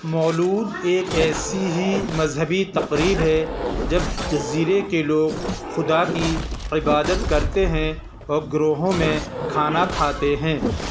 مولود ایک ایسی ہی مذہبی تقریب ہے جب جزیرے کے لوگ خدا کی عبادت کرتے ہیں او گروہوں میں کھانا کھاتے ہیں